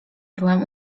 byłem